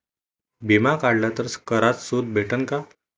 बिमा काढला तर करात सूट भेटन काय?